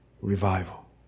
revival